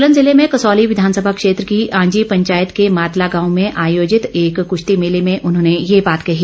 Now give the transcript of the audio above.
सोलन जिले में कसौली विधानसभा क्षेत्र की आंजी पंचायत के मातला गांव में आयोजित एक कृश्ती मेले में उन्होंने ये बात ही